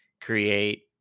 create